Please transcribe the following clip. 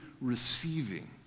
receiving